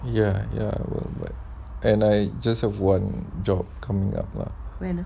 ya ya well what and I just have one job coming up lah